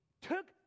took